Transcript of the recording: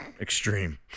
extreme